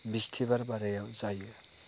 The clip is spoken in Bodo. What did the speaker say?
बिस्थिबार बारायाव जायो